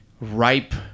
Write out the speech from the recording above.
ripe